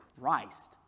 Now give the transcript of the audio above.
Christ